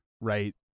Right